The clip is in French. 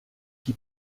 qui